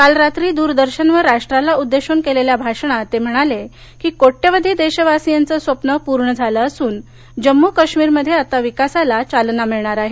काल रात्री द्रदर्शनवर राष्ट्राला उद्देशून केलेल्या भाषणात ते म्हणाले की कोट्यवधी देशवासियांचं स्वप्न पूर्ण झालं असून जम्मू काश्मीरमध्ये आता विकासाला चालना मिळणार आहे